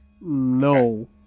No